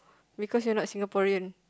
because you are not Singaporean